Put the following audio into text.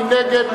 מי נגד?